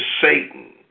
Satan